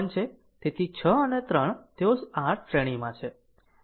તેથી 6 અને 3 તેઓ r શ્રેણીમાં છે